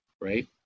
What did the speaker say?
right